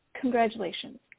congratulations